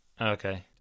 Okay